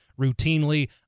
routinely